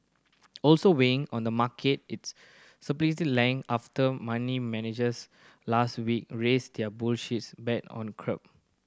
also weighing on the market it's speculative length after money managers last week raised their bullish bet on crude